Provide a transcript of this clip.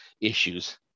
issues